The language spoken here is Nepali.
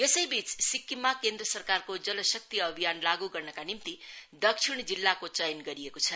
जल शक्ति सिक्किममा केन्द्र सरकारको जल शक्ति अभियान लाग् गर्नका निम्ति दक्षिण जिल्लाको चयन गरिएको छ